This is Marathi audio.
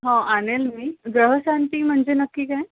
हो आणेन मी ग्रहशांती म्हणजे नक्की काय